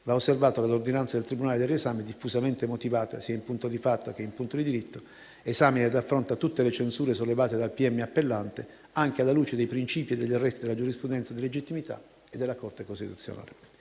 va osservato che l'ordinanza del tribunale del riesame, diffusamente motivata, sia in punto di fatto che in punto di diritto, esamina ed affronta tutte le censure sollevate dal pm appellante, anche alla luce dei principi e degli arresti della giurisprudenza di legittimità e della Corte costituzionale.